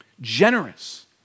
generous